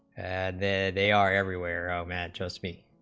and then they are everywhere a man just be